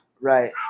Right